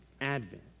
Advent